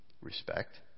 respect